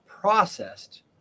processed